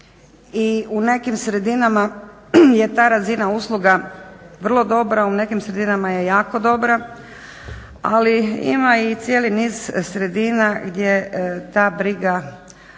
u nekim sredinama je ta razina usluga vrlo dobra, a u nekim sredinama je jako dobra, ali ima i cijeli niz sredina gdje ta briga nije